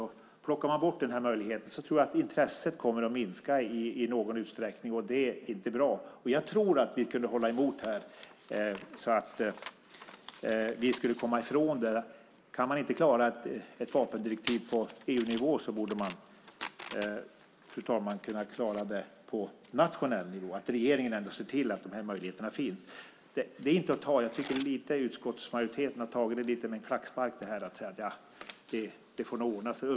Om man plockar bort den möjligheten tror jag att intresset kommer att minska i någon utsträckning, och det är inte bra. Jag tycker att vi borde hålla emot här så att vi kan komma ifrån detta. Om man inte kan klara ett vapendirektiv på EU-nivå borde man kunna klara det på nationell nivå, fru talman. Regeringen borde se till att de här möjligheterna finns. Jag tycker att utskottsmajoriteten har tagit det här lite grann med en klackspark när man har sagt att det här nog får ordna sig.